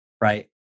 right